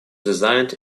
designed